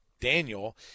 Daniel